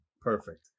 Perfect